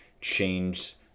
change